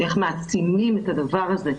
איך מעצימים את הדבר הזה.